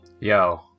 Yo